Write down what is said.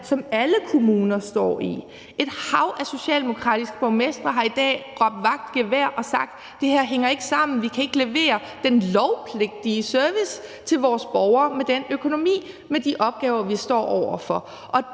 som alle kommuner står i. Et hav af socialdemokratiske borgmestre har i dag råbt vagt i gevær og sagt, at det her ikke hænger sammen, og at de ikke kan levere den lovpligtige service til deres borgere med den økonomi og de opgaver, de står over for.